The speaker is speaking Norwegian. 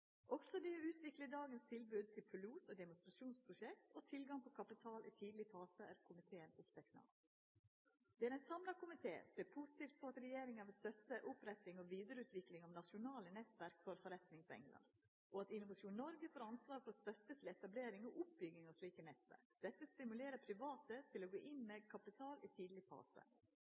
Også det å utvikla dagens tilbod til pilot- og demonstrasjonsprosjekt og tilgang på kapital i tidleg fase er komiteen oppteken av. Det er ein samla komité som ser positivt på at regjeringa vil støtta oppretting og vidareutvikling av nasjonale nettverk for forretningsenglar, og at Innovasjon Norge får ansvar for støtte til etablering og oppbygging av slike nettverk. Dette stimulerer private til å gå inn med kapital i tidleg fase.